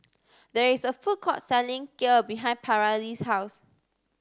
there is a food court selling Kheer behind Paralee's house